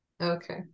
Okay